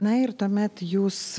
na ir tuomet jūs